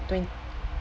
twen~